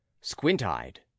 squint-eyed